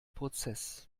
prozess